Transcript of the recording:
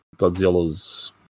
Godzilla's